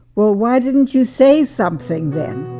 well, why didn't you say something then?